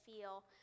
feel